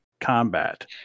combat